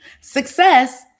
Success